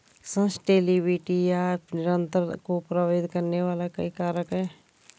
sustainability या निरंतरता को प्रभावित करने वाले कई कारक हैं